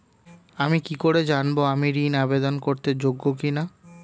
আমি কি করে জানব আমি ঋন আবেদন করতে যোগ্য কি না?